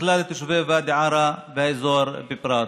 בכלל ולתושבי ואדי עארה והאזור בפרט.